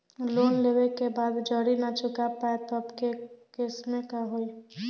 Loan लेवे के बाद जड़ी ना चुका पाएं तब के केसमे का होई?